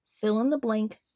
fill-in-the-blank